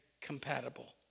compatible